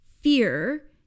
fear